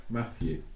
Matthew